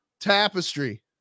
Tapestry